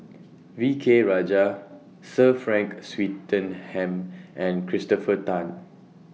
V K Rajah Sir Frank Swettenham and Christopher Tan